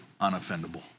unoffendable